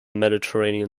mediterranean